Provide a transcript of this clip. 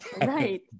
Right